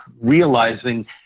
realizing